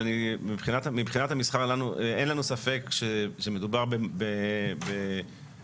אבל מבחינת המסחר אין לנו ספק שמדובר בחריגה